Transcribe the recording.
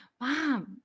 mom